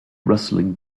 rustling